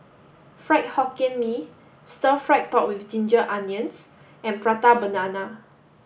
Fried Hokkien Mee Stir Fry Pork with Ginger Onions and Prata Banana